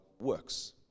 works